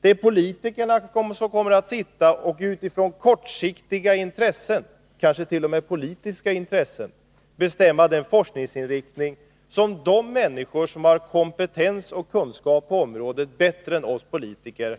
Det är politikerna som kommer att sitta och utifrån kortsiktiga intressen — kanske t.o.m. politiska intressen — bestämma den forskningsinriktning som de människor som har kompetens och kunskap på området kan avgöra bättre än vi politiker.